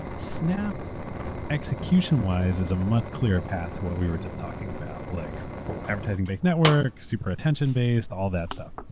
snapchat execution-wise is a much clearer path what we were just talking about, like advertising-based network, super attention-based, all that stuff,